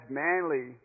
manly